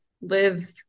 live